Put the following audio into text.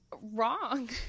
wrong